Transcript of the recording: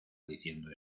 diciendo